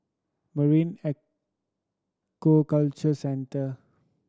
Marine Aquaculture Centre